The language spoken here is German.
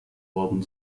worden